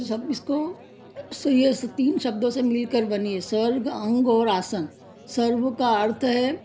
सब इसको ऐसे तीन शब्दों से मिलकर बनी है सर्ग अंग और आसन सर्व का अर्थ है